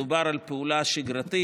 מדובר על פעולה שגרתית,